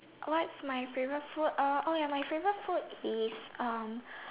what's my favorite food ya my favorite food is